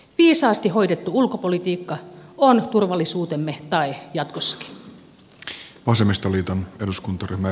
viisaasti hoidettu ulkopolitiikka on turvallisuutemme tae jatkossakin